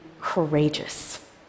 courageous